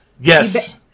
Yes